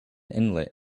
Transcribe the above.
inlet